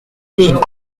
les